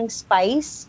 spice